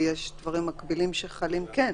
כי יש דברים מקבילים שכן חלים.